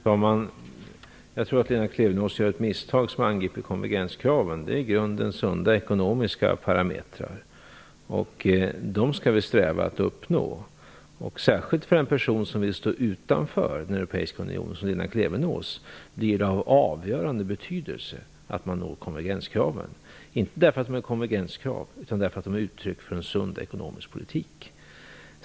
Herr talman! Jag tror att Lena Klevenås gör ett misstag som angriper konvergenskraven. De är i grunden sunda ekonomiska parametrar. Vi skall sträva efter att uppnå dem. Särskilt för en person som vill att Sverige skall stå utanför unionen - som Lena Klevenås - är det av avgörande betydelse att Sverige når konvergenskraven. Men det är inte för att de är konvergenskrav utan för att de är ett uttryck för en sund ekonomisk politik.